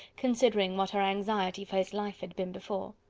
considering what her anxiety for his life had been before.